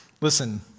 Listen